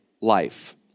life